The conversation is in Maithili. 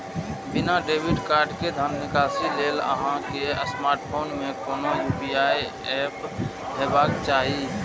बिना डेबिट कार्ड के धन निकासी लेल अहां के स्मार्टफोन मे कोनो यू.पी.आई एप हेबाक चाही